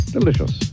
Delicious